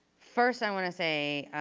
first i wanna say